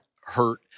hurt